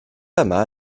yma